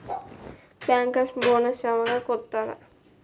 Bankers bonus ಯವಾಗ್ ಕೊಡ್ತಾರ?